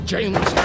James